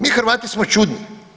Mi Hrvati smo čudni.